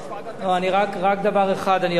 מייד עם תום הסבריו,